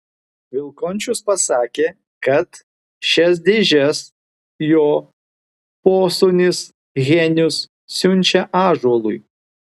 vilkončius pasakė kad šias dėžes jo posūnis henius siunčia ąžuolui